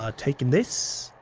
ah taking this.